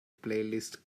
playlist